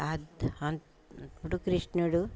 ఇప్పుడు కృష్ణుడు